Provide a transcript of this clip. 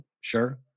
Sure